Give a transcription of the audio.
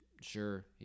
sure